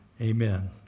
Amen